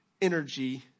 energy